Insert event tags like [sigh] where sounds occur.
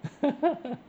[laughs]